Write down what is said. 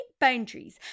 boundaries